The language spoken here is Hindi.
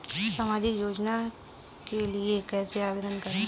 सामाजिक योजना के लिए कैसे आवेदन करें?